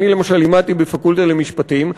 אני למשל לימדתי בפקולטה למשפטים,